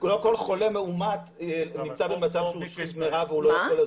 לא כל חולה מאומת נמצא במצב של שמירה והוא לא יכול לזוז.